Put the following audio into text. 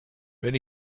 wenn